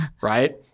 right